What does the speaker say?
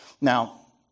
Now